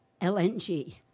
LNG